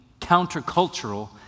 countercultural